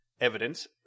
evidence